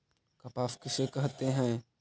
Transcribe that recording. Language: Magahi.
कपास किसे कहते हैं?